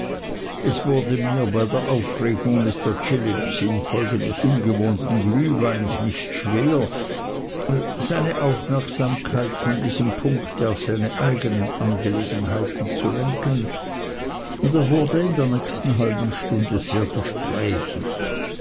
es wurde mir bei der aufregung mr chillips infolge des ungewohnten glühweins nicht schwer seine aufmerksamkeit von diesem punkte auf seine eignen angelegenheiten zu lenken und er wurde in der nächsten halben stunde sehr gesprächig